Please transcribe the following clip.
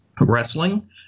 wrestling